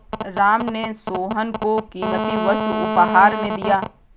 राम ने सोहन को कीमती वस्तु उपहार में दिया